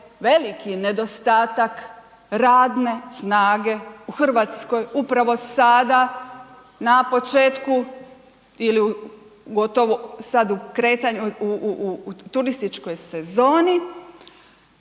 veliki nedostatak radne snage u Hrvatskoj upravo sada na početku ili gotovo sad u kretanju u turističkoj sezoni